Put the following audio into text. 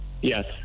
Yes